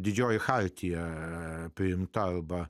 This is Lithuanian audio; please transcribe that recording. didžioji chartija priimta arba